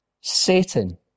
Satan